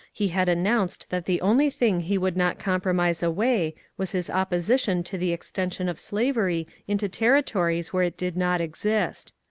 he had announced that the only thing he would not compromise away was his opposition to the extension of slavery into territories where it did not exist.